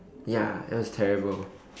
ya it was terrible